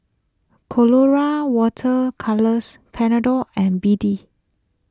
Colora Water Colours Panadol and B D